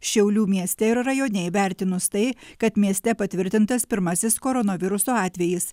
šiaulių mieste ir rajone įvertinus tai kad mieste patvirtintas pirmasis koronaviruso atvejis